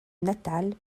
natal